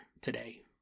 today